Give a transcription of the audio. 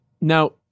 Now